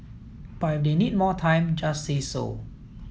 but if they need more time just say so